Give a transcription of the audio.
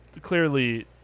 clearly –